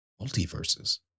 multiverses